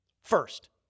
First